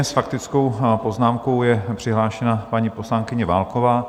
S faktickou poznámkou je přihlášená paní poslankyně Válková.